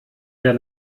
der